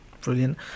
Brilliant